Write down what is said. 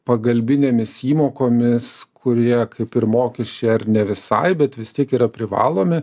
pagalbinėmis įmokomis kurie kaip ir mokesčiai ar ne visai bet vis tiek yra privalomi